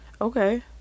Okay